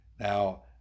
Now